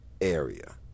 area